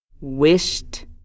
wished